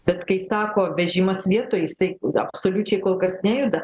bet kai sako vežimas vietoj jisai absoliučiai kol kas nejuda